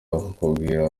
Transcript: bakakubwira